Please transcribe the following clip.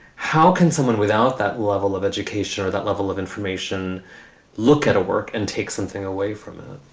how can someone without that level of education or that level of information look at a work and take something away from it?